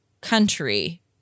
country